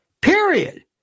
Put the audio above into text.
Period